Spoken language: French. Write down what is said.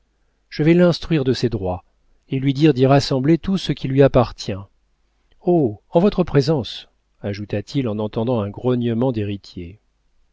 je vais l'instruire de ses droits et lui dire d'y rassembler tout ce qui lui appartient oh en votre présence ajouta-t-il en entendant un grognement d'héritiers